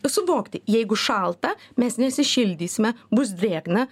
suvokti jeigu šalta mes nesišildysime bus drėgna